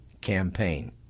Campaign